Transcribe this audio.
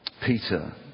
Peter